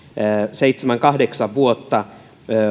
seitsemän kahdeksan vuotta